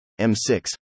M6